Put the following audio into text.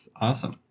awesome